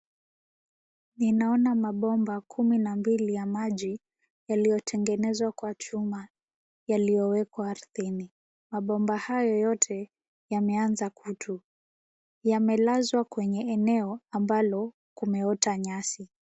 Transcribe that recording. Ninaona mabomba kumi na mbili ya maji, yaliyotengenezwa kwa chuma, yaliyowekwa ardhini. Mabomba hayo yote yameanza kutu, yamelazwa kwenye eneo ambalo kumeota nyasi.